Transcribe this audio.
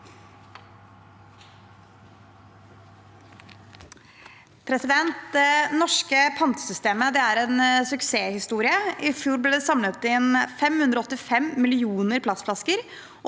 Det nors- ke pantesystemet er en suksesshistorie. I fjor ble det samlet inn 585 millioner plastflasker